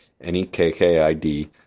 N-E-K-K-I-D